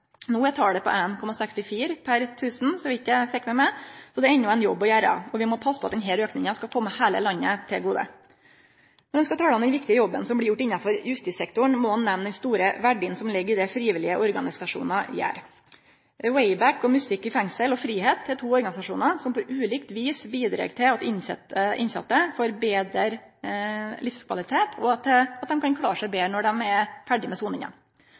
No er talet på 1,64 per 1 000 – så vidt eg har fått med meg – så det er enno ein jobb å gjere, og vi må passe på at denne auken skal kome heile landet til gode. Når ein skal tale om den viktige jobben som blir gjort innanfor justissektoren, må ein òg nemne den store verdien som ligg i arbeidet til dei frivillige organisasjonane. WayBack og Musikk i fengsel og frihet er to organisasjonar som på ulikt vis bidreg til at innsette får betre livskvalitet, og til at dei kan klare seg betre når dei er ferdige med soninga.